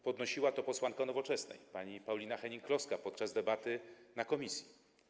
Podnosiła to posłanka Nowoczesnej pani Paulina Hennig-Kloska podczas debaty w komisji.